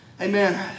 amen